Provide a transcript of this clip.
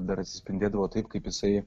dar atsispindėdavo taip kaip jisai